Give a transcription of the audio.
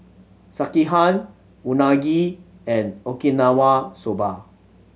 Sekihan Unagi and Okinawa Soba